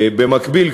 4. במקביל,